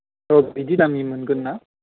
औ बिदि दामनि मोनगोन ना